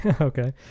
okay